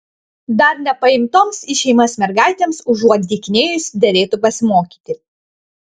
dar nepaimtoms į šeimas mergaitėms užuot dykinėjus derėtų pasimokyti